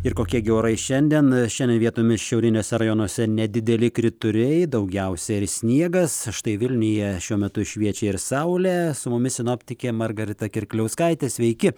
ir kokie gi orai šiandien šiandien vietomis šiauriniuose rajonuose nedideli krituliai daugiausiai ir sniegas štai vilniuje šiuo metu šviečia ir saulė su mumis sinoptikė margarita kirkliauskaitė sveiki